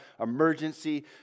emergency